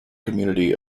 community